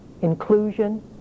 inclusion